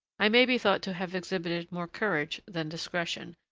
i may be thought to have exhibited more courage than discretion,